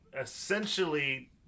essentially